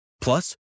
Plus